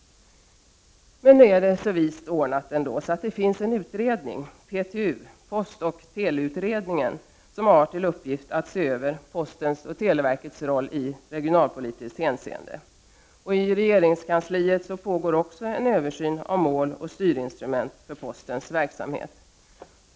Men nu är det ändå så vist ordnat att det finns en utredning, postoch teleutredningen, som har till uppgift att se över postens och televerkets roll i regionalpolitiskt hänseende. I regeringskansliet pågår också en översyn av mål och styrinstrument för postens verksamhet.